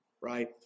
right